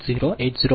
0805 p